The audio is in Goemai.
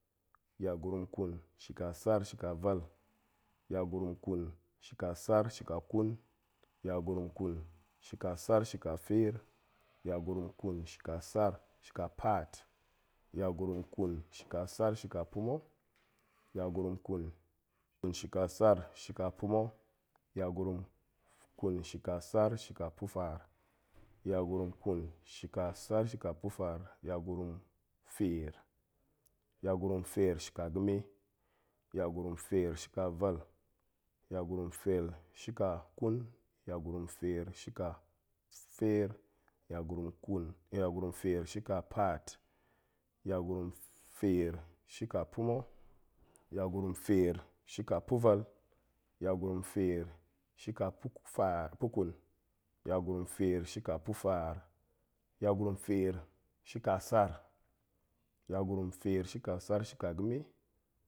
Yagurum ƙun shika sar shika vel, yagurum ƙun shika sar shika feer, yagurum ƙun shika sar shika paat, yagurum ƙun shika sar shika pa̱ma̱, yagurum ƙun shika sar shika pa̱ma̱, yagurum ƙun shika sar shika pa̱faar, yagurum ƙun shika sar shika pa̱faar, yagurum feer, yagurum feer shika ga̱me, yagurum feer shika vel, yagurum feer shika ƙun, yagurum feer shika feer, yagurum ƙun, yagurum feer shika paat, yagurum feer shika pa̱ma̱, yagurum feer shika pa̱vel, yagurum feer shika pa̱- faar, paƙun, yagurum feer shika pa̱faar, yagurum feer shika sar, yagurum feer shika ga̱me.